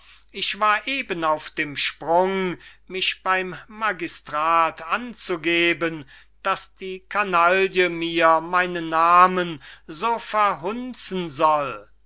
ich war eben auf dem sprung mich beym magistrat anzugeben daß die kanaille mir meinen namen so verhunzen soll